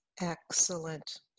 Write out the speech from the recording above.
Excellent